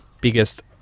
biggest